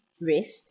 wrist